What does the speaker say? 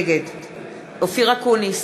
נגד אופיר אקוניס,